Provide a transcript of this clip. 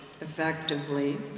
effectively